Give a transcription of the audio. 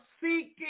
seeking